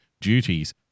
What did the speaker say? duties